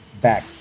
back